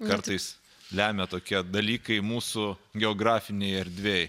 kartais lemia tokie dalykai mūsų geografinėj erdvėj